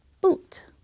boot